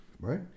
Right